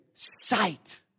Sight